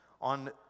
on